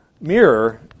mirror